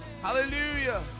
Hallelujah